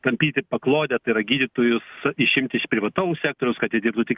tampyti paklodę tai yra gydytojus išimti iš privataus sektoriaus kad jie dirbtų tik